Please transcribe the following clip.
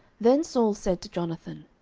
then saul said to jonathan,